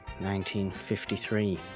1953